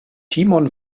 timon